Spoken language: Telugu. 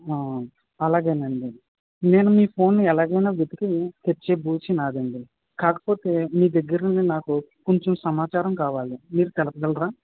అలాగే అండి నేను మీ ఫోన్ని ఎలాగైనా వెతికి తెచ్చే పూచీ నాది అండి కాకపోతే మీ దగ్గర నుండి నాకు కొంచెం సమాచారం కావాలి మీరు తెలుపగలరా